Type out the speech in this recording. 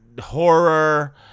horror